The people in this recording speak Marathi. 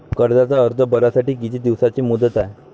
कर्जाचा अर्ज भरासाठी किती दिसाची मुदत हाय?